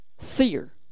Fear